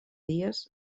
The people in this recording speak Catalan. dies